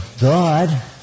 God